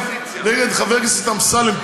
נגד חבר כנסת אמסלם,